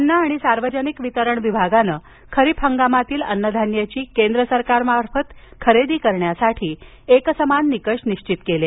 अन्न आणि सार्वजनिक वितरण विभागानं खरीप हंगामातील अन्नधान्याची केंद्र सरकारमार्फत खरेदी करण्यासाठी एकसमान निकष निश्वित केले आहेत